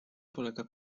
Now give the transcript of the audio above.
polega